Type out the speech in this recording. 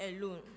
alone